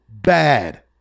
bad